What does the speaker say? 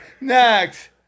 Next